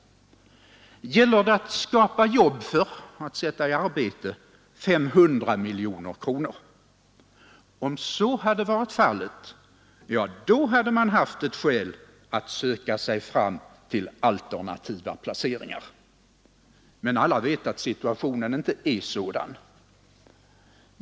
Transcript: Gäller det att sätta 500 miljoner kronor i arbete? Om så hade varit fallet, då hade man haft ett skäl att söka efter alternativa placeringar. Men alla vet att situationen inte är sådan.